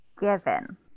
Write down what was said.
given